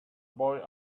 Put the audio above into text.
boy